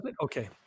okay